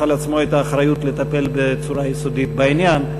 על עצמו את האחריות לטפל בצורה יסודית בעניין.